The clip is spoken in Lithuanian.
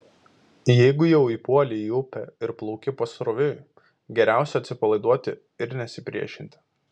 jeigu jau įpuolei į upę ir plauki pasroviui geriausia atsipalaiduoti ir nesipriešinti